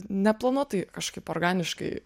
neplanuotai kažkaip organiškai